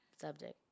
subject